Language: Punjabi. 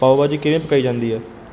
ਪਾਵ ਭਾਜੀ ਕਿਵੇਂ ਪਕਾਈ ਜਾਂਦੀ ਹੈ